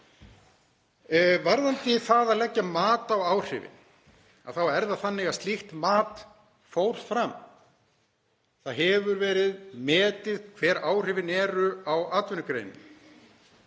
Varðandi það að leggja mat á áhrifin þá er það þannig að slíkt mat fór fram. Það hefur verið metið hver áhrifin eru á atvinnugreinina.